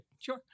Sure